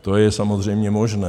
To je samozřejmě možné.